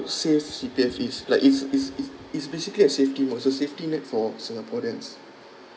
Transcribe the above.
safe C_P_F is like it's it's it's it's basically a safety mode it's a safety net for singaporeans